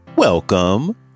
Welcome